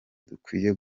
dukwiye